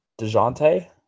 DeJounte